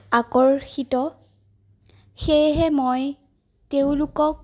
আকৰ্ষিত সেয়েহে মই তেওঁলোকক